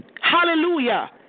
hallelujah